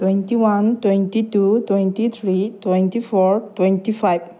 twenty one twenty two twenty three twenty four twenty five